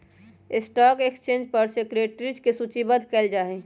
stock exchange पर securities के सूचीबद्ध कयल जाहइ